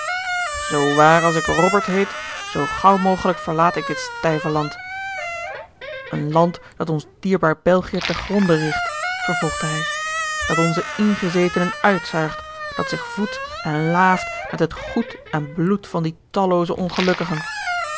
zoo waar als ik robert heet zoo gaauw mogelijk verlaat ik dit stijve land een land dat ons dierbaar belgie te gronde rigt vervolgde hij dat onze ingezetenen uitzuigt dat zich voedt en laaft met het goed en bloed van die tallooze ongelukkigen